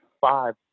five